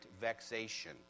vexation